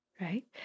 right